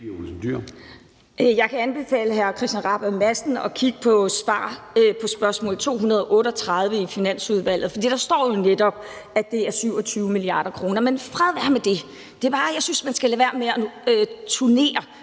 Jeg kan anbefale hr. Christian Rabjerg Madsen at kigge på svaret på spørgsmål nr. 238 fra Finansudvalget. Der står jo netop, at det er 27 mia. kr. Men fred være med det. Jeg synes bare, man skal lade være med at turnere